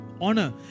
honor